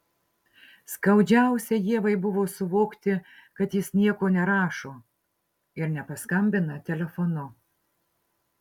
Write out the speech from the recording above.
skaudžiausia ievai buvo suvokti kad jis nieko nerašo ir nepaskambina telefonu